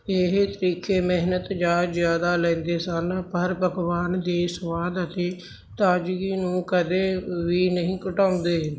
ਇਹ ਤਰੀਕੇ ਮਿਹਨਤ ਜਾਂ ਜ਼ਿਆਦਾ ਲੈਂਦੇ ਸਨ ਪਰ ਪਕਵਾਨ ਦੇ ਸੁਆਦ ਅਤੇ ਤਾਜ਼ਗੀ ਨੂੰ ਕਦੇ ਵੀ ਨਹੀਂ ਘਟਾਉਂਦੇ